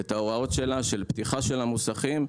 את ההוראות שלה לגבי פתיחת המוסכים,